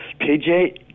PJ